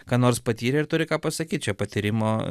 ką nors patyrė ir turi ką pasakyt čia patyrimo